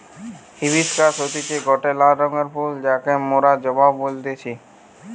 hibiscus হতিছে গটে লাল রঙের ফুল যাকে মোরা জবা বলতেছি